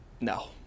No